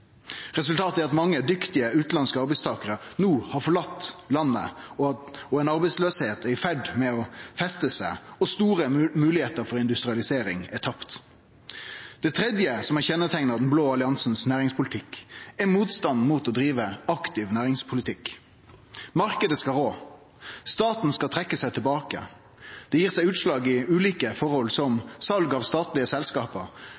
Resultatet er at mange dyktige utanlandske arbeidstakarar no har reist frå landet, ei arbeidsløyse er i ferd med feste seg, og store moglegheiter for industrialisering er tapte. Det tredje som har kjenneteikna næringspolitikken til den blå alliansen, er motstand mot å drive aktiv næringspolitikk. Marknaden skal rå, staten skal trekkje seg tilbake. Det gir seg utslag i ulike forhold: